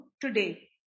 today